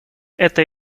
эта